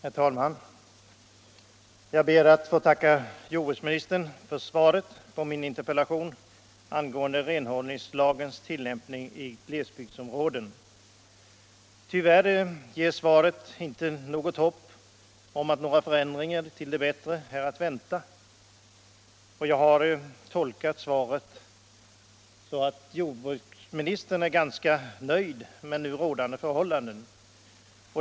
Herr talman! Jag ber att få tacka jordbruksministern för svaret på min interpellation om renhållningslagens tillämpning i glesbygdsområden. Tyvärr ger svaret inte något hopp om att någon förändring till det bättre är att vänta. Jag har tolkat svaret så att jordbruksministern är ganska nöjd med nu rådande förhållanden.